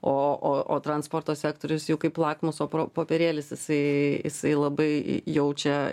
o o o transporto sektorius jau kaip lakmuso pro popierėlis jisai jisai labai jaučia